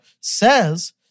says